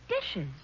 dishes